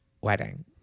Wedding